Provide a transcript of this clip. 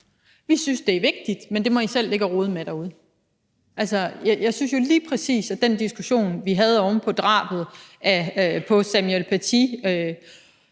Vi synes, det er vigtigt, men det må I selv ligge og rode med derude. Altså, jeg synes jo lige præcis, at den diskussion, vi havde oven på drabet af Samuel Paty i efteråret